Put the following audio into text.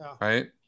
right